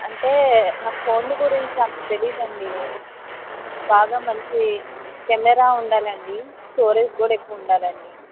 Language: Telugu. అంటే నాకు ఫోన్లు గురించి అంత తెలీదండి బాగా మంచి కెమేరా ఉండాలండి స్టోరేజ్ కూడా ఎక్కువ ఉండాలండి